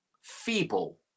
feeble